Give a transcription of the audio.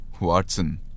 Watson